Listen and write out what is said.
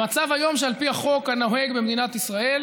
המצב היום הוא שעל פי החוק הנוהג במדינת ישראל,